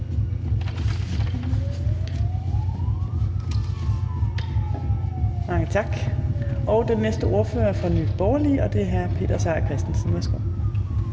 mange tak. Den næste ordfører er fra Nye Borgerlige, og det er hr. Peter Seier Christensen. Værsgo.